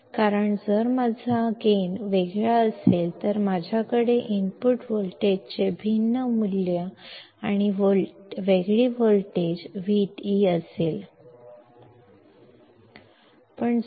ಏಕೆಂದರೆ ನನ್ನ ಗೈನ್ ವಿಭಿನ್ನವಾಗಿದ್ದರೆ ನಾನು ಇನ್ಪುಟ್ ವೋಲ್ಟೇಜ್ನ ವಿಭಿನ್ನ ಮೌಲ್ಯಗಳನ್ನು ಮತ್ತು ವಿಭಿನ್ನ ವೋಲ್ಟೇಜ್ ವಿಡಿಯನ್ನು ಹೊಂದಿರುತ್ತೇನೆ